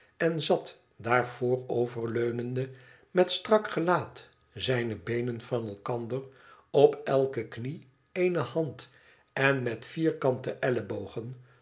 en zat daar vooroverleunende met str gelaat zijne beenen van elkander op elke knie eene hand en met vierkante elkbogen